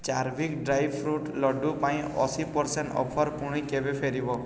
ଚାର୍ଭିକ dry fruit laddu ପାଇଁ ଅଶୀ percent offer ପୁଣି କେବେ ଫେରିବ